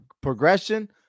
progression